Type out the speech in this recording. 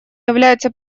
является